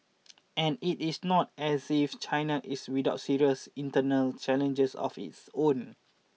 and it is not as if China is without serious internal challenges of its own